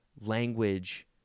language